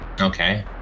Okay